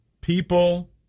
people